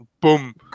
boom